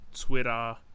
Twitter